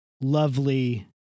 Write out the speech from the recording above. lovely